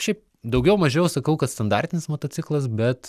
šiaip daugiau mažiau sakau kad standartinis motociklas bet